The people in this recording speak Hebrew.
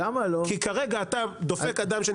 למה מפריעים למגדלים אחרים?